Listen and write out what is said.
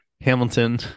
Hamilton